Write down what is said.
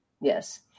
Yes